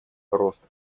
рост